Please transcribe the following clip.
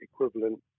equivalent